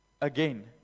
again